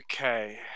Okay